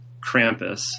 Krampus